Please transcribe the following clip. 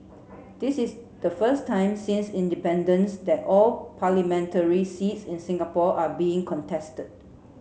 this is the first time since independence that all parliamentary seats in Singapore are being contested